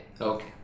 Okay